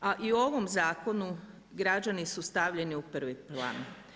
A i u ovom zakonu građani su stavljeni u prvi plan.